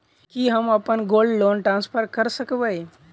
की हम अप्पन gold loan transfer करऽ सकबै?